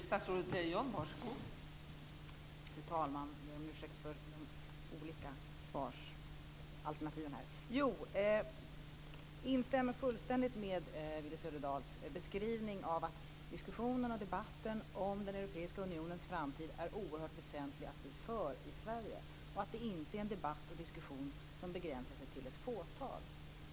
Fru talman! Jag instämmer fullständigt i Willy Söderdahls beskrivning här. Det är oerhört väsentligt att vi i Sverige för en diskussion och debatt om den europeiska unionens framtid och att det inte är en debatt och diskussion som begränsar sig till ett fåtal.